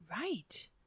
Right